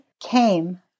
came